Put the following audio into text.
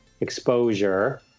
exposure